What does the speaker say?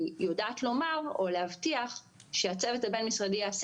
אני יודעת לומר או להבטיח שהצוות הבין משרדי יעשה